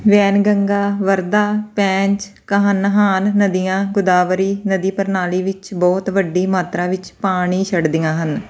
ਵੈਨਗੰਗਾ ਵਰਧਾ ਪੈਂਚ ਕਨਹਾਨ ਨਦੀਆਂ ਗੋਦਾਵਰੀ ਨਦੀ ਪ੍ਰਣਾਲੀ ਵਿੱਚ ਬਹੁਤ ਵੱਡੀ ਮਾਤਰਾ ਵਿੱਚ ਪਾਣੀ ਛੱਡਦੀਆਂ ਹਨ